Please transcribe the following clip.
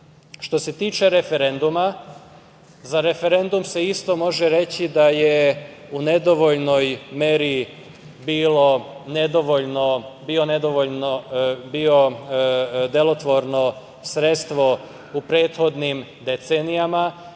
se tiče referenduma, za referendum se isto može reći da je u nedovoljnoj meri bio delotvorno sredstvo u prethodnim decenijama.